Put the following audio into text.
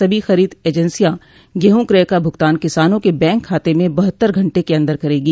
सभी खरीद एजेंसियां गेहूं कय का भुगतान किसानों के बैंक खाते में बहत्तर घंटे के अन्दर करेंगी